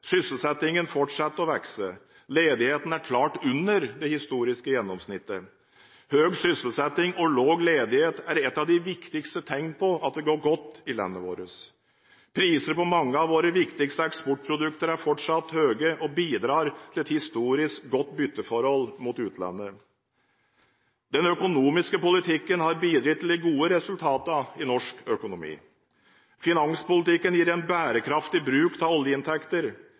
Sysselsettingen fortsetter å vokse. Ledigheten er klart under det historiske gjennomsnittet. Høy sysselsetting og lav ledighet er et av de viktigste tegnene på at det går godt i landet vårt. Prisene på mange av våre viktigste eksportprodukter er fortsatt høye og bidrar til et historisk godt bytteforhold mot utlandet. Den økonomiske politikken har bidratt til de gode resultatene i norsk økonomi. Finanspolitikken gir en bærekraftig bruk av oljeinntekter.